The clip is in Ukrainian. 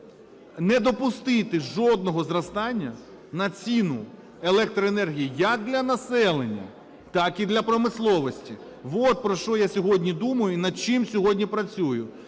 не допустити жодного зростання на ціну електроенергії як для населення, так і для промисловості, вот про що я сьогодні думаю і над чим сьогодні працюю.